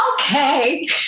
Okay